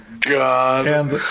god